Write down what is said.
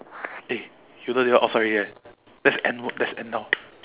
eh you know they all outside already right let's end work let's end now